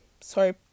sorry